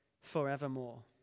forevermore